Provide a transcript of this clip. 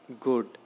good